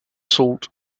salt